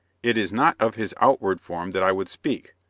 it is not of his outward form that i would speak,